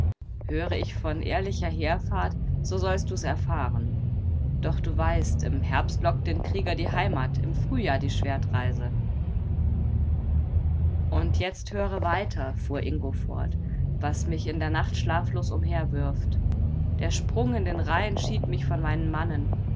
höre ich von ehrlicher heerfahrt so sollst du's erfahren doch du weißt im herbst lockt den krieger die heimat im frühjahr die schwertreise und jetzt höre weiter fuhr ingo fort was mich in der nacht schlaflos umherwirft der sprung in den rhein schied mich von meinen mannen